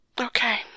Okay